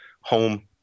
home